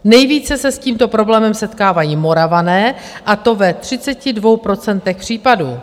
Nejvíce se s tímto problémem setkávají Moravané, a to ve 32 procentech případů.